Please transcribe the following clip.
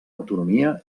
autonomia